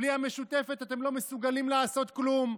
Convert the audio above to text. בלי המשותפת אתם לא מסוגלים לעשות כלום.